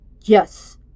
Yes